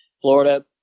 Florida